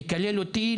לקלל אותי,